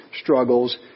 struggles